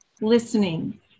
Listening